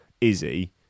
Izzy